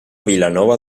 vilanova